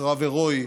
בקרב הירואי,